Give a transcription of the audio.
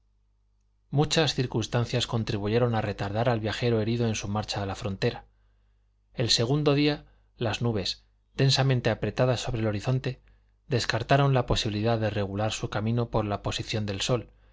muchas circunstancias contribuyeron a retardar al viajero herido en su marcha a la frontera el segundo día las nubes densamente apretadas sobre el horizonte descartaron la posibilidad de regular su camino por la posición del sol